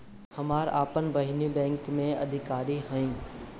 हमार आपन बहिनीई बैक में अधिकारी हिअ